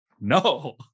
No